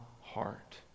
heart